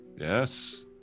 Yes